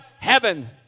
heaven